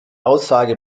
aussage